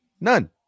None